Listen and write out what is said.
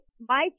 Mike